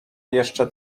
jeszcze